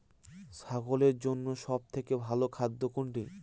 ছাগলের জন্য সব থেকে ভালো খাদ্য কোনটি?